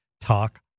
talk